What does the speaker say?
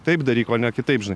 taip daryk o ne kitaip žinai